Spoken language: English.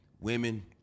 women